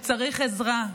הוא צריך עזרה.